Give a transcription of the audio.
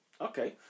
Okay